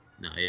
No